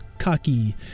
cocky